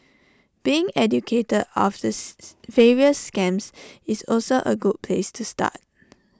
being educated of the various scams is also A good place to start